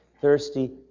thirsty